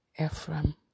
Ephraim